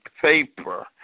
paper